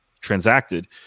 transacted